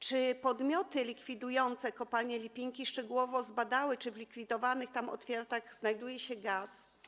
Czy podmioty likwidujące kopalnię Lipinki szczegółowo zbadały, czy w likwidowanych tam odwiertach znajduje się gaz?